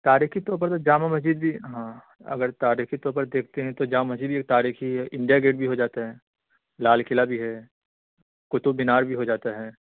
تاریخی طور پر تو جامع مسجد بھی ہاں اگر تاریخی طور پر دیکھتے ہیں تو جامع مسجد بھی ایک تاریخی انڈیا گیٹ بھی ہو جاتا ہے لال قلعہ بھی ہے قطب مینار بھی ہو جاتا ہے